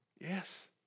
Yes